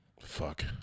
Fuck